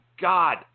God